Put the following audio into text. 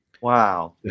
Wow